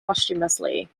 posthumously